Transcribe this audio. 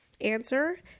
answer